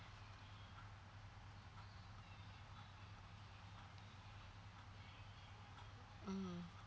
mmhmm